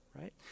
right